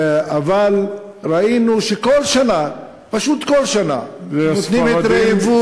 אבל ראינו שכל שנה, פשוט כל שנה, הספרדים.